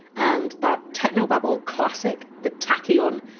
and that technobabble classic, the tachyon.